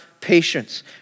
patience